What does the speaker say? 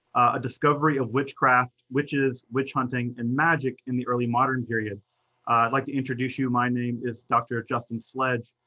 a discovery of witchcraft witches, witch-hunting and magic in the early modern period. i'd like to introduce you, my name is doctor justin sledge.